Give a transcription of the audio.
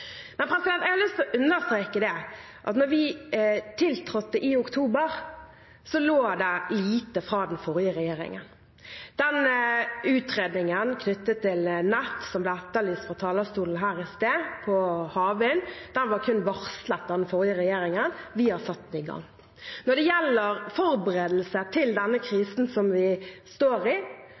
Jeg har lyst å understreke at da vi tiltrådte i oktober, forelå det lite fra den forrige regjeringen. Utredningen knyttet til nett til havvind, som ble etterlyst fra talerstolen her i sted, var kun varslet av den forrige regjeringen – vi har satt den i gang. Når det gjelder forberedelse til denne krisen som vi står i,